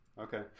Okay